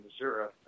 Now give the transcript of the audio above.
Missouri